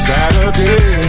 Saturday